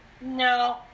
No